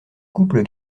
couples